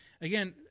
again